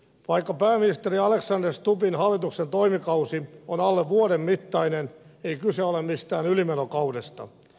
vaikka pääministeri alexander stubbin hallituksen toimikausi on alle vuoden mittainen ei kyse ole mistään ylimenokaudesta